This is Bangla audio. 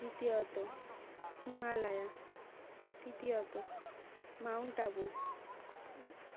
দ্বিতীয়ত হিমালয়া তৃতীয়ত মাউন্ট আবু